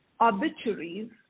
Obituaries